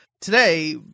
today